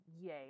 Yay